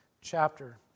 chapter